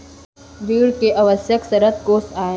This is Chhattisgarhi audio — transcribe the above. ऋण के आवश्यक शर्तें कोस आय?